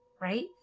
right